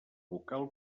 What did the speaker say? vocal